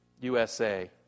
USA